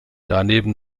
daneben